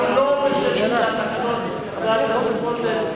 אנחנו לא נשנה מהתקנון, חבר הכנסת רותם.